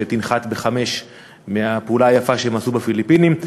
שתנחת ב-17:00 בחזרה מהפעולה היפה שהם עשו בפיליפינים.